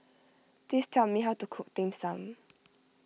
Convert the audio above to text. please tell me how to cook Dim Sum